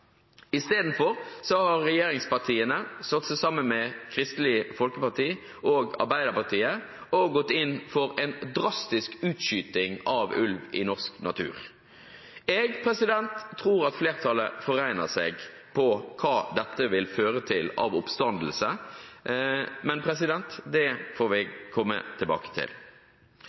har regjeringspartiene slått seg sammen med Kristelig Folkeparti og Arbeiderpartiet og gått inn for en drastisk felling av ulv i norsk natur. Jeg tror at flertallet forregner seg når det gjelder hva dette vil føre til av oppstandelse, men det får vi komme tilbake til.